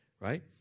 Right